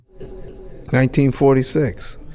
1946